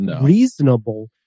reasonable